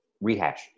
rehash